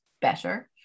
better